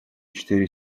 четыре